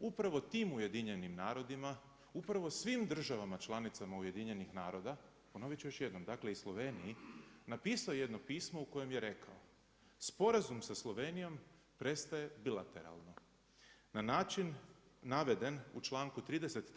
upravo tim Ujedinjenim narodima, upravo svim državama članicama Ujedinjenih naroda ponovit ću još jednom dakle i Sloveniji napisao jedno pismo u kojem je rekao: „Sporazum sa Slovenijom prestaje bilateralno na način naveden u članku 33.